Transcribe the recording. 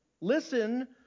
listen